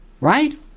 Right